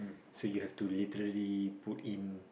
so you to literally put in